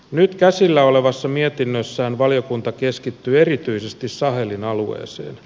nyt käsillä olevassa mietinnössään valiokunta keskittyy erityisesti sahelin alueeseen